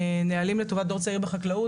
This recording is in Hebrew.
נהלים לטובת דור צעיר בחקלאות,